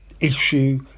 issue